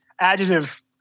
Adjective